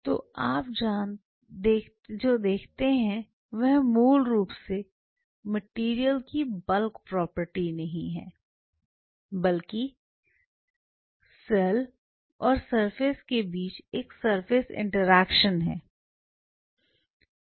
तो आप जो देखते हैं वह मूल रूप से मटेरियल की बल्क प्रॉपर्टी नहीं है बल्कि सेल और सरफेस के बीच एक सरफेस इंटरैक्शन है